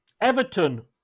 Everton